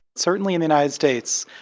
certainly, in the united states,